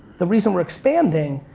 the reason we're expanding,